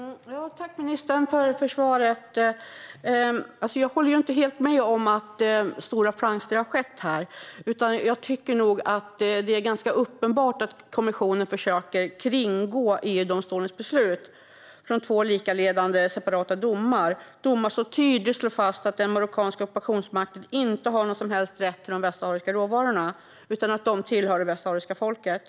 Herr talman! Tack, ministern, för svaret! Jag håller inte helt med om att stora framsteg har skett, utan jag tycker nog att det är ganska uppenbart att kommissionen försöker kringgå EU-domstolens beslut från två likalydande separata domar, domar som tydligt slår fast att den marockanska ockupationsmakten inte har någon som helst rätt till de västsahariska råvarorna utan att dessa tillhör det västsahariska folket.